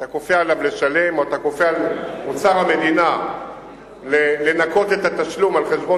אתה כופה על אוצר המדינה לנכות את התשלום על חשבון